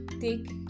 take